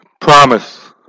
promise